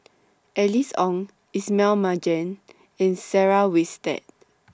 Alice Ong Ismail Marjan and Sarah Winstedt